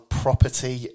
property